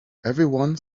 everyone